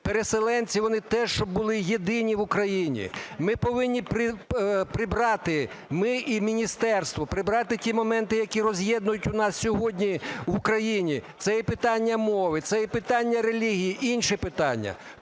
переселенці, вони теж щоб були єдині в Україні. Ми повинні прибрати, ми і міністерство прибрати ті моменти, які роз'єднують у нас сьогодні в Україні. Це і питання мови, це і питання релігії, інші питання.